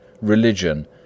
religion